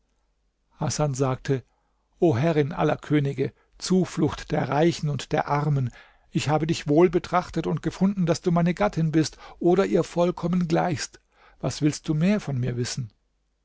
hasan sagte o herrin aller könige zuflucht der reichen und der armen ich habe dich wohl betrachtet und gefunden daß du meine gattin bist oder ihr vollkommen gleichst was willst du mehr von mir wissen